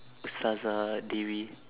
saza dewi